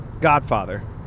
Godfather